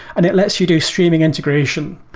and it lets you do streaming integration.